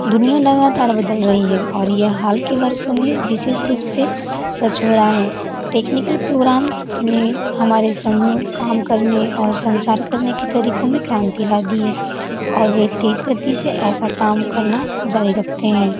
दुनिया लगातार बदल रही है और यह हाल के वर्षों में विशेष रूप से सच हो रहा है टेक्निकल प्रोग्राम्स ने हमारे समूह काम करने और संचार करने के तरीकों में क्रांति ला दी है और वे तेज गति से ऐसा काम करना जारी रखते हैं